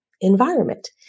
environment